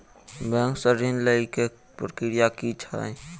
Bank सऽ ऋण लेय केँ प्रक्रिया की छीयै?